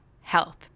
health